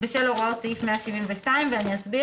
בשל הוראות סעיף 172". אני אסביר